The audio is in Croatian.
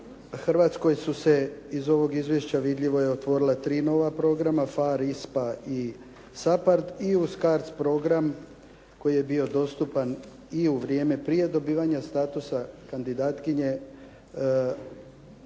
Hrvatskoj su se, iz ovog izvješća vidljivo je, otvorila tri nova programa PHARE, ISPA i SAPARD. I uz CARDS program koji je bio dostupan i u vrijeme prije dobivanja statusa kandidatkinje